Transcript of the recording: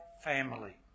family